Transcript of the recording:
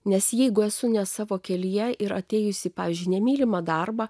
nes jeigu esu ne savo kelyje ir atėjusį pavyzdžiui nemylimą darbą